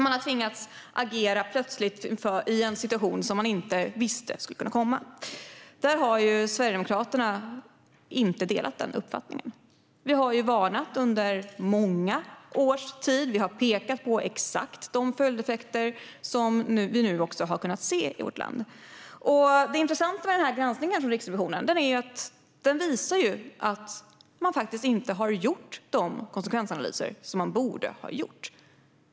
Man har plötsligt tvingats agera i en situation som man inte visste skulle kunna uppstå. Sverigedemokraterna har inte delat den uppfattningen. Vi har varnat under många års tid. Vi har pekat på exakt de följdeffekter som vi nu också har kunnat se i vårt land. Det intressanta med granskningen från Riksrevisionen är att den visar att man faktiskt inte har gjort de konsekvensanalyser som man borde ha gjort.